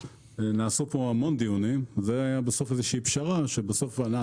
נעשו כאן המון דיונים ובסוף הייתה איזושהי פשרה ואנחנו